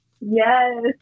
Yes